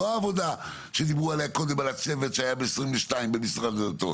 לא העבודה שדיברו עליה קודם על הצוות שהיה ב-2022 במשרד הדתות